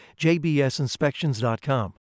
JBSinspections.com